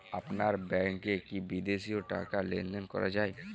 আপনার ব্যাংকে কী বিদেশিও টাকা লেনদেন করা যায়?